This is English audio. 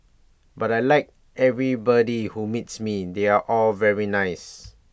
but I Like everybody who meets me they're all very nice